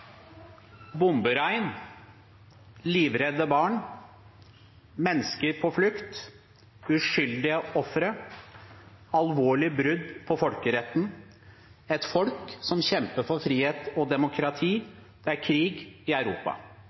Bomberegn, livredde barn, mennesker på flukt, uskyldige ofre, alvorlig brudd på folkeretten, et folk som kjemper for frihet og demokrati – det er krig i Europa.